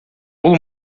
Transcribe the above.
дагы